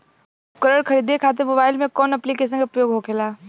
उपकरण खरीदे खाते मोबाइल में कौन ऐप्लिकेशन का उपयोग होखेला?